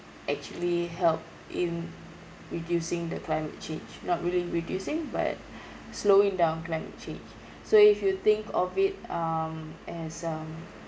actually help in reducing the climate change not really reducing but slowing down climate change so if you think of it um as um